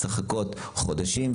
אני צריך לחכות חודשים?